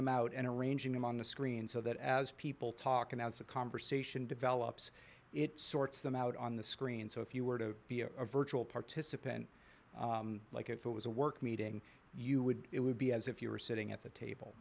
them out and arranging them on the screen so that as people talk about it's a conversation develops it sorts them out on the screen so if you were to be a virtual participant like if it was a work meeting you would it would be as if you were sitting at the table